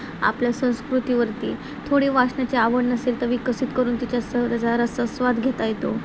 आपल्या संस्कृतीवरती थोडी वाचनाची आवड नसेल तर विकसित करून तिच्यासह जरा रसस्वाद घेता येतो